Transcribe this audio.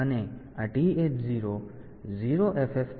તેથી અને આ TH0 0FFH